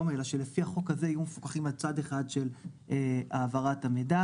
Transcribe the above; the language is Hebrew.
שלפי החוק הזה יהיו מפוקחים על צד אחד של העברת המידע